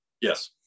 Yes